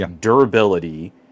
durability